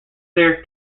their